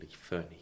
funny